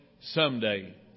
someday